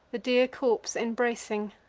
the dear corpse embracing,